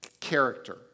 character